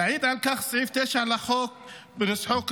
יעיד על כך סעיף 9 לחוק בנוסחו כיום,